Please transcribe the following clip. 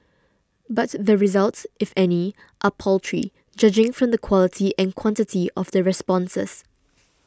but the results if any are paltry judging from the quality and quantity of the responses